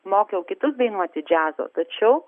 mokiau kitus dainuoti džiazo tačiau